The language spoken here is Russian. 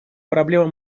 проблемы